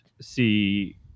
see